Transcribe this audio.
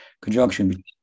Conjunction